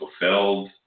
fulfilled